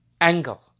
angle